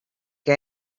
que